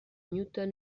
newton